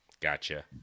Gotcha